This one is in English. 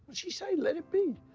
she said, let it be.